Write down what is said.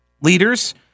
leaders